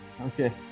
okay